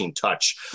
touch